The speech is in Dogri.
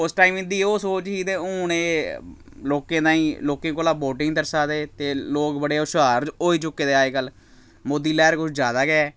उस टाइम इं'दी ओह् सोच ही ते हून एह् लोकें ताईं लोकें कोला वोटिंग दस्सा दे ते लोक बड़े होशयार होई चुके दे अज्जकल मोदी लैह्र कुछ ज्यादा गै